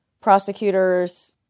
prosecutors